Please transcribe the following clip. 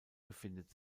befindet